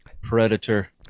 Predator